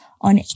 on